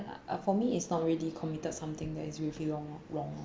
uh for me is not really committed something that is gravely wrong wrong